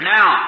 Now